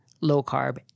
low-carb